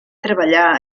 treballar